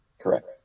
Correct